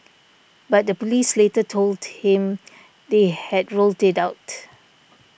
but the police later told him they had ruled it out